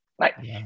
Right